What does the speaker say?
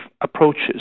approaches